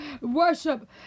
worship